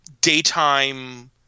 daytime